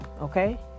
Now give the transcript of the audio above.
okay